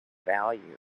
value